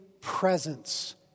presence